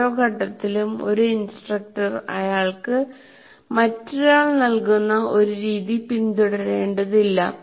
ഓരോ ഘട്ടത്തിലും ഒരു ഇൻസ്ട്രക്ടർ അയാൾക്ക് മറ്റൊരാൾ നൽകുന്ന ഒരു രീതി പിന്തുടരേണ്ടതില്ല